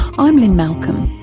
i'm lynne malcolm,